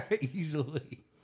easily